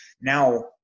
now